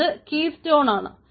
അത് keystone ആണ്